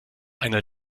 einer